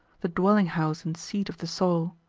the dwelling-house and seat of the soul,